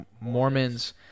Mormons